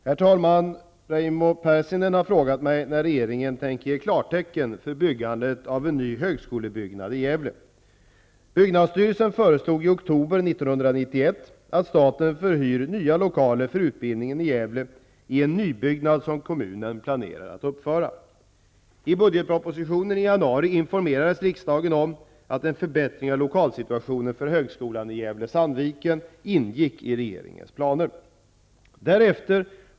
Herr talman! Raimo Pärssinen har frågat mig när regeringen tänker ge klartecken för byggandet av en ny högskolebyggnad i Gävle. Byggnadsstyrelsen föreslog i oktober 1991 att staten förhyr nya lokaler för utbildningen i Gävle i en nybyggnad som kommunen planerar att uppföra. I budgetpropositionen i januari informerades riksdagen om att en förbättring av lokalsituationen för Högskolan i Gävle/Sandviken ingick i regeringens planer.